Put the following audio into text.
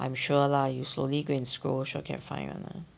I'm sure lah you slowly go and scroll sure can find [one] lah